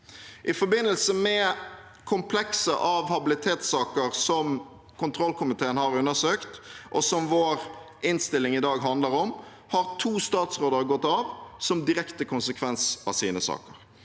I forbindelse med komplekset av habilitetssaker som kontrollkomiteen har undersøkt, og som vår innstilling i dag handler om, har to statsråder gått av som direkte konsekvens av sine saker.